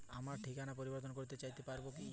আমার ঠিকানা পরিবর্তন করতে চাই কী করব?